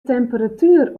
temperatuer